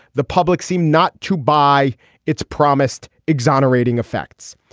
the public seemed not to buy its promised exonerating effects.